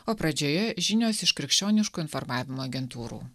o pradžioje žinios iš krikščioniškų informavimo agentūrų